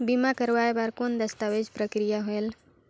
बीमा करवाय बार कौन दस्तावेज प्रक्रिया होएल?